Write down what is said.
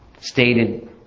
stated